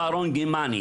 פרופ' אהרון גימני,